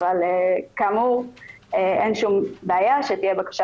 אבל כאמור אין שום בעיה שתהיה בקשה